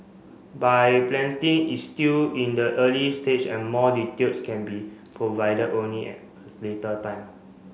buy planting is still in the early stage and more details can be provided only at a later time